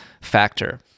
factor